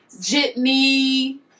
Jitney